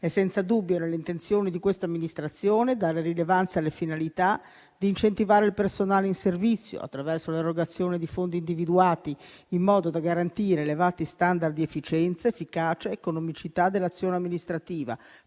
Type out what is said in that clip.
È senza dubbio nelle intenzioni di questa amministrazione dare rilevanza alla finalità di incentivare il personale in servizio, attraverso l'erogazione di fondi individuati in modo da garantire elevati *standard* di efficienza, efficacia ed economicità dell'azione amministrativa,